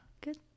Good